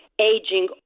Aging